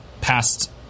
past